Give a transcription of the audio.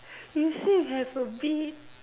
he say have a bit